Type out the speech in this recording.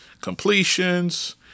completions